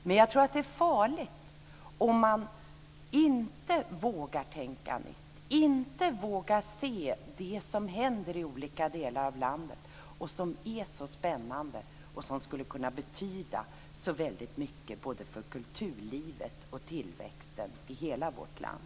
Men jag tror att det är farligt om man inte vågar tänka nytt, inte vågar se det som händer i olika delar av landet, som är så spännande och som skulle kunna betyda så väldigt mycket både för kulturlivet och för tillväxten i hela vårt land.